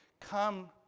Come